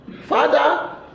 Father